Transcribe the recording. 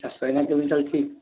ଚାଷ ଏଇନା କେମିତି ଚାଲିଛି